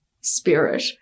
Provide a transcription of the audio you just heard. spirit